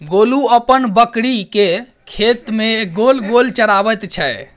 गोलू अपन बकरीकेँ खेत मे गोल गोल चराबैत छै